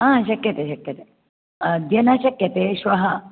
हा शक्यते शक्यते अद्य न शक्यते श्वः